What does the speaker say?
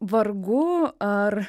vargu ar